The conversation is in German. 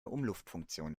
umluftfunktion